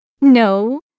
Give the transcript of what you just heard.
No